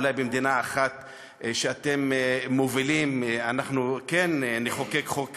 אולי במדינה אחת שאתם מובילים אנחנו כן נחוקק חוק כזה,